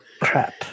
crap